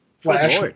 Flash